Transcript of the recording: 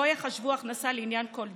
לא יחשבו הכנסה לעניין כל דין,